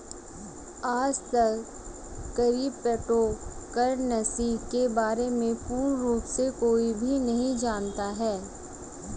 आजतक crypto currency के बारे में पूर्ण रूप से कोई भी नहीं जानता है